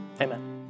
Amen